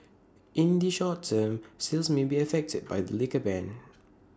in the short term sales may be affected by the liquor ban